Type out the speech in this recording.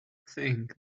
thing